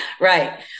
right